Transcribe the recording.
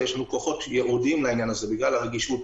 יש לנו כוחות ייעודיים לעניין הזה בגלל הרגישות,